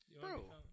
Bro